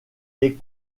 les